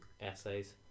essays